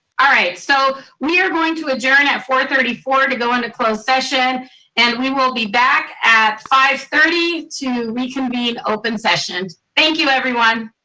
so we are going to adjourn at four thirty four to go into closed session and we will be back at five thirty to reconvene open session. thank you, everyone.